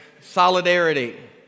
solidarity